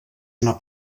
una